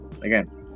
again